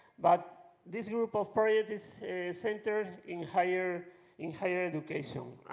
but this group of priorities center in higher in higher education.